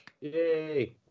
Yay